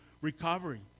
recovery